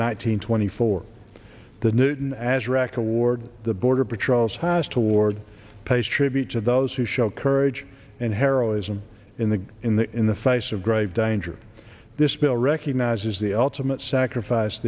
hundred four the newton as rack toward the border patrol's house toward pays tribute to those who show courage and heroism in the in the in the face of grave danger this bill recognizes the ultimate sacrifice